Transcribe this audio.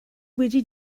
wedi